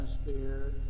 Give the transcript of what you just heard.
atmosphere